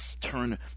turn